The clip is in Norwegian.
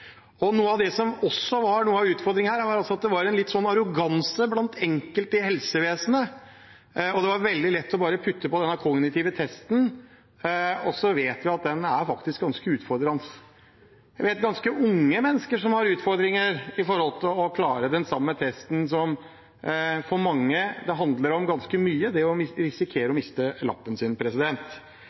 helseattesten. Noe av det som også var utfordringen her, var at det var litt arroganse blant enkelte i helsevesenet. Det var veldig lett bare å putte på denne kognitive testen, som vi vet faktisk er ganske utfordrende. Jeg vet om ganske unge mennesker som har utfordringer med å klare den samme testen, som for mange handler om ganske mye: det å risikere å miste